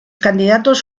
candidatos